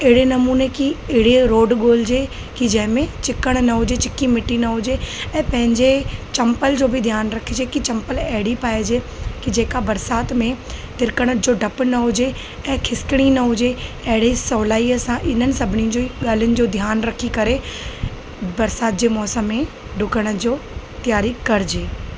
अहिड़े नमूने की अहिड़ीअ रोड ॻोल्हिजे की जंहिं में चिकण न हुजे चिकी मिटी न हुजे ऐं पंहिंजे चम्पल जो बि ध्यानु रखिजे की चम्पल अहिड़ी पाएजे की जेका बरसात में तिरिकण जो डपु न हुजे ऐं खिसकणी न हुजे अहिड़े सहुलाईअ सां इनन सभिनी जी ॻालियुन जो ध्यानु रखी करे बरसात जे मौसम में डुकण जो तयारी करिजे